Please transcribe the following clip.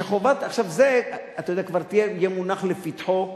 שחובת, זה, אתה יודע, כבר יהיה מונח לפתחו של,